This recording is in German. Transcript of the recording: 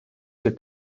für